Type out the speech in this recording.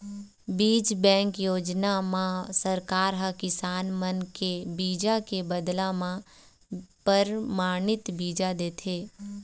बीज बेंक योजना म सरकार ह किसान मन के बीजा के बदला म परमानित बीजा देथे